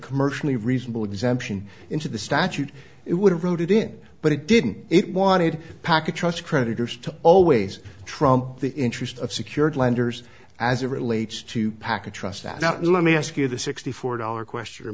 commercially reasonable exemption into the statute it would have voted in but it didn't it wanted packet trust creditors to always trump the interest of secured lenders as it relates to pack a trust that let me ask you the sixty four dollar question or